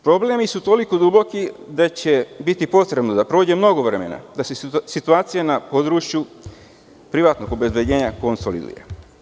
Problemi su toliko duboki da će biti potrebno da prođe mnogo vremena da se situacija na području privatnog obezbeđenja konsoliduje.